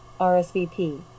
rsvp